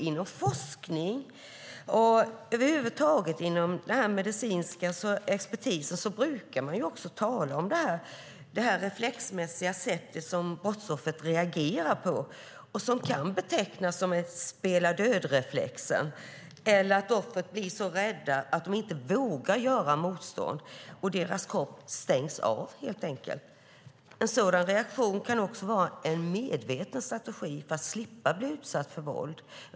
Inom forskning och över huvud taget bland den medicinska expertisen brukar man tala om det reflexmässiga sätt som brottsoffret reagerar på. Det kan betecknas som spela-död-reflexen. Offren blir så rädda att de inte vågar göra motstånd och deras kropp helt enkelt stängs av. En sådan reaktion kan också vara en medveten strategi för att slippa bli utsatt för våld.